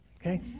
okay